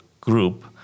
group